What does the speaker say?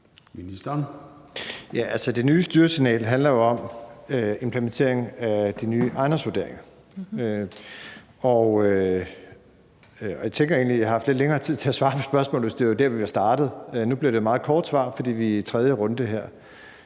Det nye styresignal handler jo om implementering af de nye ejendomsvurderinger, og jeg tænker egentlig, at jeg havde haft lidt længere tid til at svare på spørgsmålet, hvis det var der, vi var startet. Nu bliver det et meget kort svar, fordi vi er i tredje runde